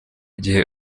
gihe